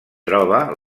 troba